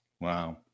Wow